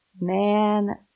Man